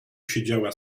siedziała